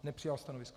Nepřijal stanovisko.